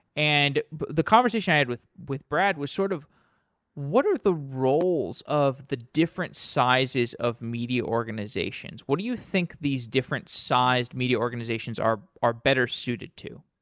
and the conversation i had with with brad was sort of what the roles of the different sizes of media organizations? what do you think these different sized media organizations are are better suited to?